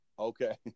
okay